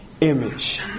image